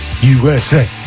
USA